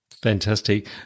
Fantastic